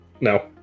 No